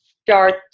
start